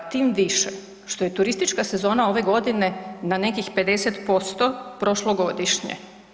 Tim više što je turistička sezona ove godine na nekih 50% prošlogodišnje.